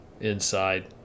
inside